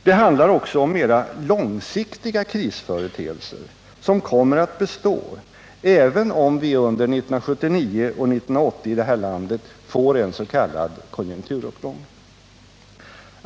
Det handlar också om mera långsiktiga krisföreteelser, som kommer att bestå även om vi under 1979 och 1980 i detta land får en s.k. konjunkturuppgång.